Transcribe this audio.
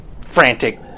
frantic